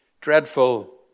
dreadful